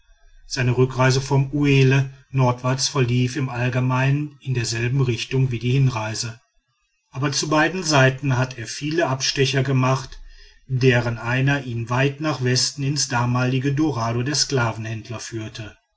seine rückreise vom uelle nordwärts verlief im allgemeinen in derselben richtung wie die hinreise aber zu beiden seiten hat er viele abstecher gemacht deren einer ihn weit nach westen ins damalige dorado der sklavenhändler führte